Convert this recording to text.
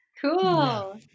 Cool